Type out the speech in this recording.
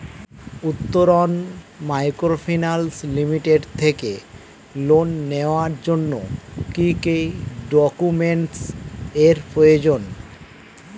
Uttaran microfinance limited থেকে loan নেওয়ার জন্য কি কি ডকুমেন্টস এর প্রয়োজন?